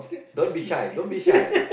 don't be shy don't be shy